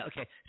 okay